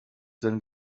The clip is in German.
denn